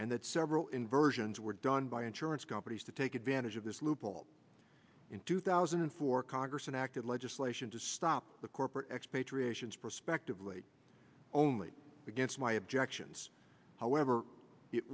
that several inversions were done by insurance companies to take advantage of this loophole in two thousand and four congress an act of legislation to stop the corporate expatriation prospectively only against my objections however it